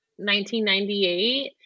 1998